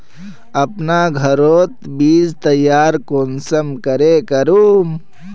अपना घोरोत बीज तैयार कुंसम करे करूम?